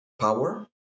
power